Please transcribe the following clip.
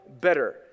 better